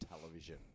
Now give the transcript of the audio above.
television